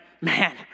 Man